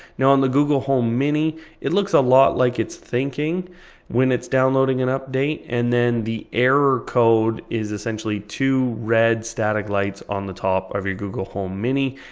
now on the google home mini it looks a lot like it's thinking when it's downloading an update, and then the error code is essentially to red static lights on the top of your google home mini,